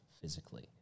physically